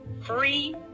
free